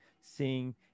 seeing